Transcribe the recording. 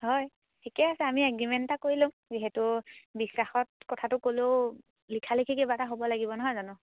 হয় ঠিকেই আছে আমি এগ্ৰিমেণ্ট এটা কৰি লওঁ যিহেতু বিশ্বাসত কথাটো ক'লেও লিখালিখি কিবা এটা হ'ব লাগিব নহয় জানো